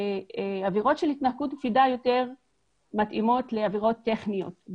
העבירות של התנהגות קפידה יותר מתאימות לעבירות טכניות.